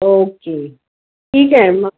okay ठीक आहे मग